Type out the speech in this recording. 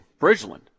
Bridgeland